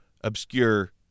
obscure